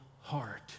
heart